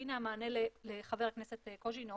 הינה המענה לחבר הכנסת קוז'ינוב